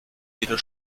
jeder